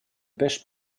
pêche